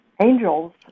angels